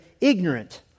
ignorant